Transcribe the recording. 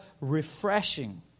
refreshing